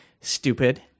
stupid